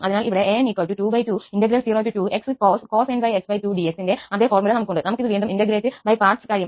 അതിനാൽ ഇവിടെ 𝑎𝑛2202xcos nπx2 dx ന്റെ അതേ ഫോർമുല ഞങ്ങൾക്കുണ്ട് നമുക്ക് ഇത് വീണ്ടും ഇന്റഗ്രേറ്റ് ബൈ പാർട്സ് കഴിയും